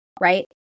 right